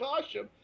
costume